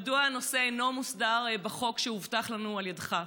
מדוע הנושא אינו מוסדר בחוק שהובטח לנו על ידך.